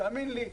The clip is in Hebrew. תאמין לי,